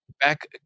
back